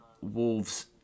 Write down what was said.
Wolves